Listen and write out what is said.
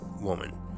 woman